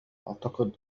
أعتقد